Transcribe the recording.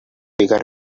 bigger